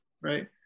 right